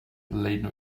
laden